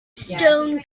stone